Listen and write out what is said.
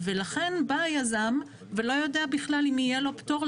ולכן בא היזם ולא יודע בכלל אם יהיה לו פטור,